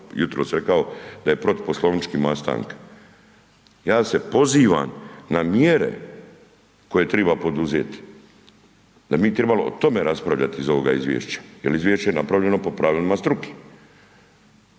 jutros rekao da je protiv .../Govornik se ne razumije./.... Ja se pozivam na mjere koje treba poduzeti da mi trebamo o tome raspravljati iz ovoga izvješća, jer izvješće je napravljeno po pravilima struke.